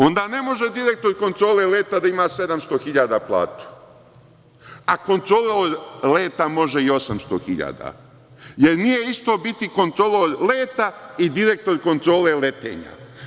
Onda ne može direktor Kontrole leta da ima 700.000 platu, a kontrolor leta može i 800.000, jer nije isto biti kontrolor leta i direktor Kontrole letenja.